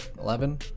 eleven